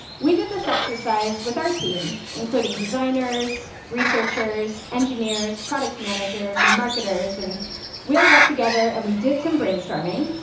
we did this exercise with our team, including designers, researchers, engineers, product managers, and marketers, and we all got together, and we did some brainstorming.